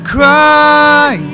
Cry